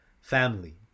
family